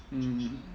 mm